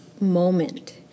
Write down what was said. moment